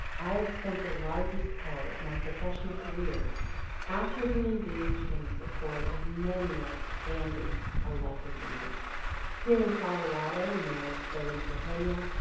i have spent the largest part of my professional career actively engaged in the support of many outstanding elected leaders here in colorado, mayors, federico pena,